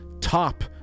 top